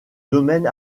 domaine